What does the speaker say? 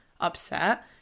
upset